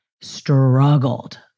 struggled